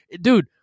dude